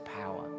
power